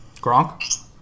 Gronk